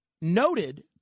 noted